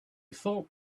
thought